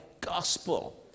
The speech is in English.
gospel